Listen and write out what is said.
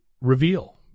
reveal